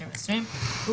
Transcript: התש"ף 2020 (להלן,